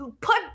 put